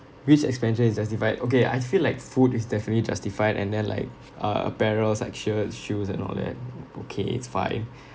which expenditure is justified okay I feel like food is definitely justified and then like uh apparels like shirts shoes and all that o~ okay it's fine